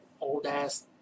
old-ass